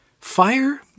Fire